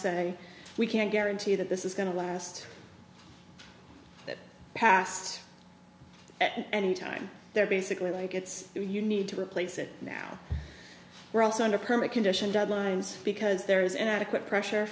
say we can't guarantee that this is going to last that past at any time they're basically like it's you need to replace it now we're also under current condition deadlines because there is inadequate pressure